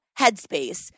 headspace